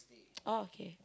oh okay